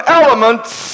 elements